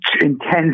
intense